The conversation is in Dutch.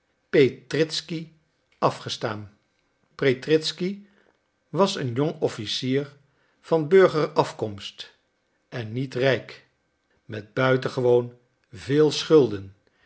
petritzky afgestaan petritzky was een jong officier van burger afkomst en niet rijk met buitengewoon veel schulden